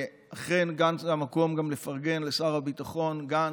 ואכן, כאן זה גם המקום לפרגן לשר הביטחון גנץ,